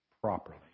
properly